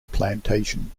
plantation